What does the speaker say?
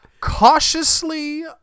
cautiously